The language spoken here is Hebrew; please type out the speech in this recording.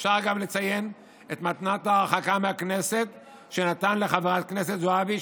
אפשר גם לציין את מתנת ההרחקה מהכנסת שנתן לחברת הכנסת זועבי,